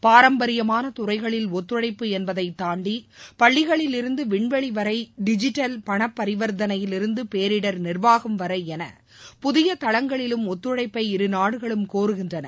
பாரம்பரியமான துறைகளில் ஒத்துழைப்பு என்பதை தாண்டி பள்ளிகளிலிருந்து விண்வெளி வரை டிஜிட்டல் பணபரிவர்த்தனையிலிருந்து பேரிடர் நிர்வாகம் வரை என புதிய தளங்களிலும் ஒத்துழழப்பை இருநாடுகளும் கோருகின்றன